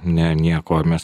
ne nieko mes